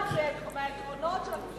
אחד העקרונות של המפלגה שלך,